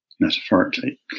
metaphorically